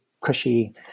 cushy